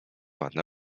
ładny